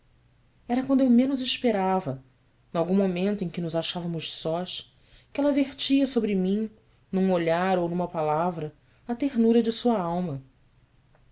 era quando eu menos esperava nalgum momento em que nos achávamos sós que ela vertia sobre mim num olhar ou numa palavra a ternura de sua alma